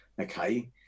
Okay